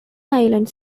island